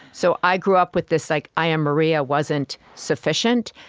so i grew up with this, like, i am maria wasn't sufficient.